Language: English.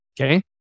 Okay